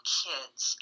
kids